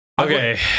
okay